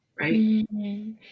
right